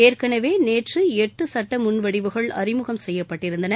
ஏற்கனவே நேற்று எட்டு சட்ட முன்வடிவுகள் அறிமுகம் செய்யப்பட்டிருந்தன